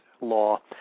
law